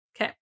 okay